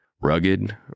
Rugged